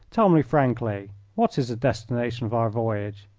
tell me frankly what is the destination of our voyage?